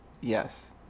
Yes